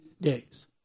days